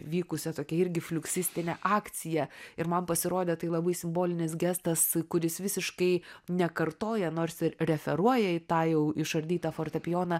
vykusia tokia irgi fliuksistine akcija ir man pasirodė tai labai simbolinis gestas kuris visiškai nekartoja nors ir referuoja į tą jau išardytą fortepijoną